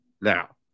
now